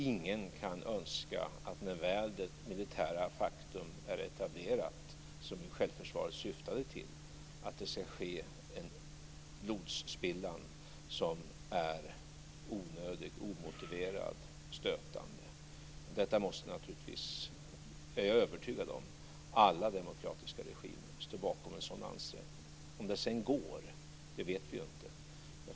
Ingen kan önska att - när väl det militära faktumet är etablerat, som ju självförsvaret syftade till - det ska ske en blodsspillan som är onödigt och omotiverat stötande. Jag är övertygad om att alla demokratiska regimer står bakom en sådan ansträngning. Om det sedan är möjligt, det vet vi inte.